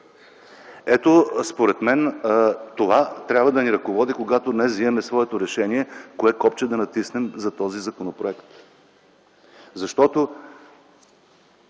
Според мен това трябва да ни ръководи, когато днес вземаме своето решение кое копче да натиснем за този законопроект. Защото,